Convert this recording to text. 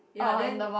ya then